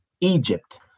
Egypt